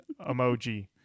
emoji